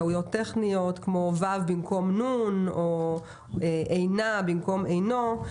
טעויות טכניות כמו "ו'" במקום "ן'" או "אינה" במקום "אינו",